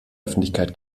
öffentlichkeit